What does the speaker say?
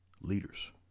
leaders